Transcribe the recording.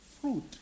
fruit